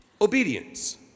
obedience